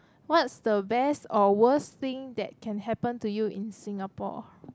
what's the best or worst thing that can happen to you in Singapore